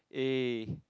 eh